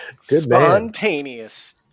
Spontaneous